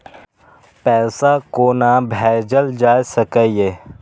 पैसा कोना भैजल जाय सके ये